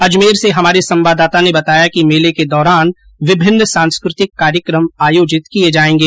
अजमेर से हमारे संवाददाता ने बताया कि मेले के दौरान विभिन्न सांस्कृतिक कार्यक्रम आयोजित किए जाएंगे